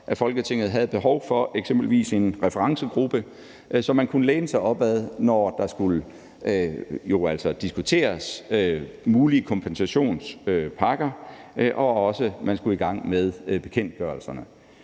at Folketinget havde et behov for eksempelvis en referencegruppe, som man kunne læne op ad, når der skulle diskuteres mulig kompensationspakker, og når man skulle i gang med bekendtgørelserne.